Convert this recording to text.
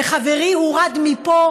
וחברי הורד מפה,